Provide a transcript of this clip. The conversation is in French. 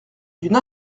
d’une